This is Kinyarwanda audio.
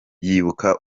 yibuka